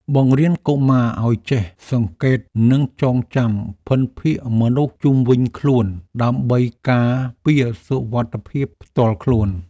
បង្រៀនកុមារឱ្យចេះសង្កេតនិងចងចាំភិនភាគមនុស្សជុំវិញខ្លួនដើម្បីការពារសុវត្ថិភាពផ្ទាល់ខ្លួន។